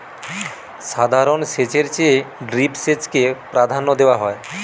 সাধারণ সেচের চেয়ে ড্রিপ সেচকে প্রাধান্য দেওয়া হয়